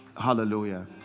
Hallelujah